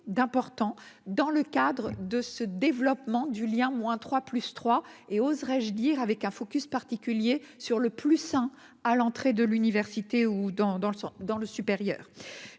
d'importants dans le cadre de ce développement du lien moins trois, plus trois et, oserais-je dire avec un focus particulier sur le plus, hein, à l'entrée de l'université ou dans dans le